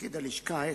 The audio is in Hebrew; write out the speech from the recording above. תפקיד הלשכה),